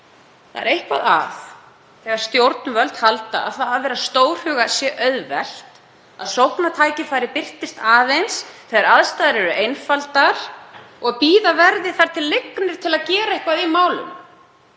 Það er eitthvað að þegar stjórnvöld halda að það að vera stórhuga sé auðvelt, að sóknartækifæri birtist aðeins þegar aðstæður eru einfaldar og að bíða verði þar til lygnir til að gera eitthvað í málunum.